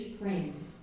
praying